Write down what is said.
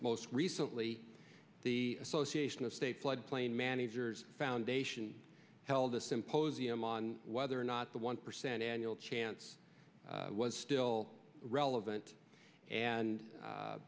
most recently the association of state floodplain managers foundation held a symposium on whether or not the one percent annual chance was still relevant and